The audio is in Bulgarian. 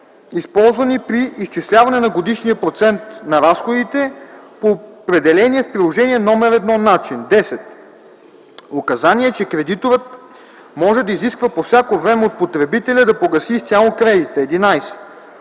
използвани при изчисляване на годишния процент на разходите по определения в приложение № 1 начин; 10. указание, че кредиторът може да изиска по всяко време от потребителя да погаси изцяло кредита; 11.